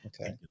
Okay